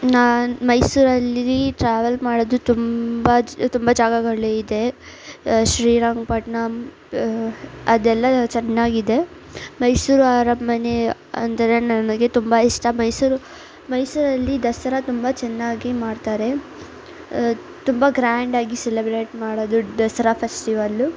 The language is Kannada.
ನಾನು ಮೈಸೂರಲ್ಲಿ ಟ್ರ್ಯಾವೆಲ್ ಮಾಡೋದು ತುಂಬ ಜ ತುಂಬ ಜಾಗಗಳಿದೆ ಶ್ರೀರಂಗಪಟ್ಣ ಅದೆಲ್ಲ ಚೆನ್ನಾಗಿದೆ ಮೈಸೂರು ಅರಮನೆ ಅಂದರೆ ನನಗೆ ತುಂಬ ಇಷ್ಟ ಮೈಸೂರು ಮೈಸೂರಲ್ಲಿ ದಸರಾ ತುಂಬ ಚೆನ್ನಾಗಿ ಮಾಡ್ತಾರೆ ತುಂಬ ಗ್ರ್ಯಾಂಡಾಗಿ ಸೆಲೆಬ್ರೇಟ್ ಮಾಡೋದು ದಸರ ಫೆಸ್ಟಿವಲ್ಲು